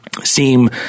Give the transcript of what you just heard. seem